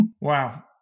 wow